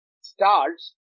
stars